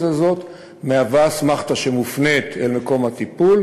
הזאת מהווה אסמכתה שמופנית אל מקום הטיפול,